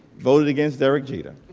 voted against derek jeter